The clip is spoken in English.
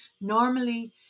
normally